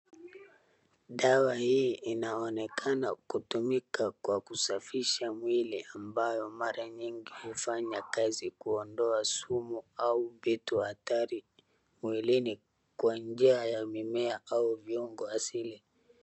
Dawa hii inaonekana kutumika kwa kusafisha mwili ambayo mara nyingi hufanya kazi kuondoa sumu au vitu hatari mwilini kwa njia ya mimea au viungo asili.